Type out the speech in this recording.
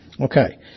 Okay